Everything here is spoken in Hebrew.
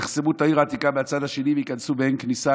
יחסמו את העיר העתיקה מהצד השני וייכנסו באין כניסה,